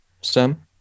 Sam